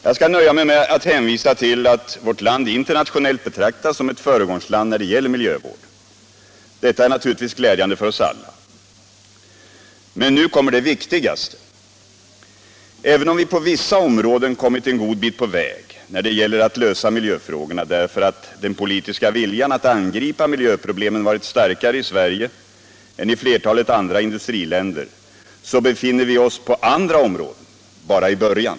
Jag skall nöja mig med att hänvisa till att vårt land internationellt betraktas som ett föregångsland när det gäller miljövård. Detta är naturligtvis glädjande för oss alla. Men nu kommer det viktigaste: Även om vi på vissa områden kommit en god bit på väg när det gäller att lösa miljöfrågorna, därför att den politiska viljan att angripa miljöproblemen varit starkare i Sverige än i flertalet andra industriländer, så befinner vi oss på andra områden bara i början.